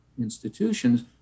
institutions